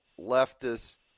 leftist